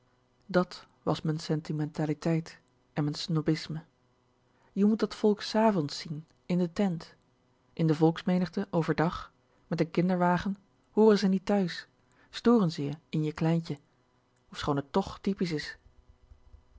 dat was m'n sentimentaliteit en m'n s n o b i s m e je moet dat volk s avonds zien in de tent in de volks overdag met n kinderwagen hooren ze niet thuis storen ze je menigt in je kleintje ofschoon t toch typisch is